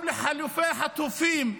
גם חילופי חטופים,